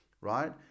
right